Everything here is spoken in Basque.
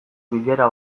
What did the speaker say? bilera